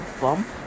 Bump